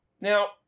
Now